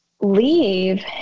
leave